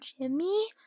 Jimmy